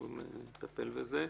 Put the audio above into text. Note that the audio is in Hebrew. שהוא מטפל בזה.